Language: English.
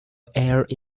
air